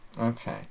Okay